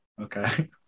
Okay